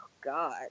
God